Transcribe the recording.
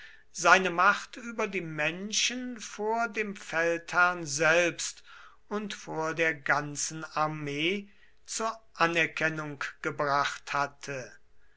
seine macht über die menschen vor dem feldherrn selbst und vor der ganzen armee zur anerkennung gebracht hatte